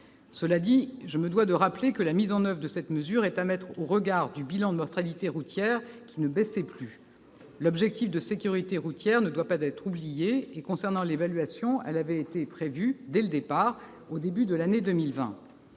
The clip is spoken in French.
Cela dit, je me dois de rappeler que la mise en oeuvre de cette mesure est à placer en regard du bilan de la mortalité routière, qui ne baissait plus. L'objectif de sécurité routière ne doit pas être oublié. L'évaluation était prévue, dès le départ, au début de l'année 2020.